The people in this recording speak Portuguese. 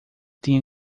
tinha